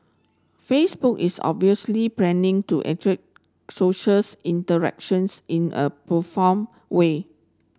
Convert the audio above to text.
Facebook is obviously planning to socials interactions in a profound way